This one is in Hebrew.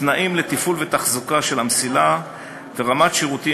תנאים לתפעול ותחזוקה של המסילה ורמת שירותים